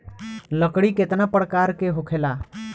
लकड़ी केतना परकार के होखेला